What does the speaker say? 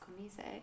music